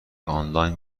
آنلاین